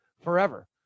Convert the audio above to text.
forever